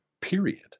period